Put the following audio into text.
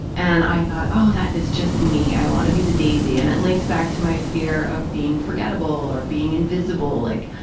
and i thought, oh, that is just me, i want to be the daisy, and it links back to my fear of being forgettable or being invisible. like,